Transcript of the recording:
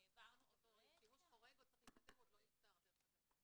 אבל העברנו אותו לשימוש חורג --- לא נפתר עדיין.